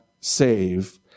save